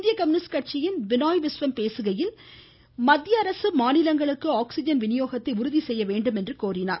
இந்திய கம்யூனிஸ்ட் கட்சியின் பினாய் விஸ்வம் பேசுகையில் மத்திய அரசு மாநிலங்களுக்கு ஆக்ஸிஜன் விநியோகத்தை உறுதி செய்ய வேண்டும் என்று கேட்டுக்கொண்டார்